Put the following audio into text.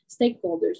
stakeholders